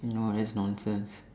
no that's nonsense